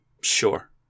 sure